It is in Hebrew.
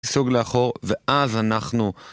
סוג לאחור ואז אנחנו...